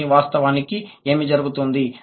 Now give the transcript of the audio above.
కానీ వాస్తవానికి ఏమి జరుగుతుంది